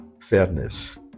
fairness